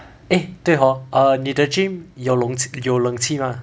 eh 对 hor err 你的 gym 有弄有冷气 mah